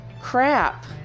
Crap